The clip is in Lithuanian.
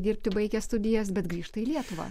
dirbti baigę studijas bet grįžta į lietuvą